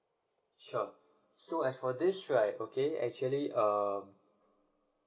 sure so as for this right okay actually uh